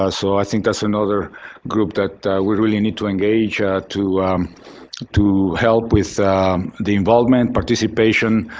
ah so, i think that's another group that we really need to engage to to help with the involvement, participation,